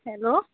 hello